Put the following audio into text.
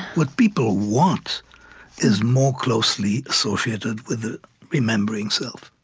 what people want is more closely associated with the remembering self.